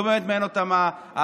לא באמת מעניין אותם החד-פעמי.